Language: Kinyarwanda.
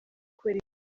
kubera